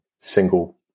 single